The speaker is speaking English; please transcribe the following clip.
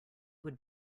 would